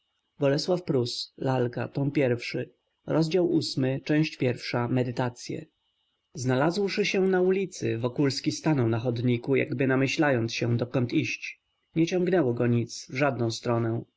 brwi w sposób bardzo żałosny znalazłszy się na ulicy wokulski stanął na chodniku jakby namyślając się dokąd iść nie ciągnęło go nic w żadną stronę